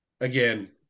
again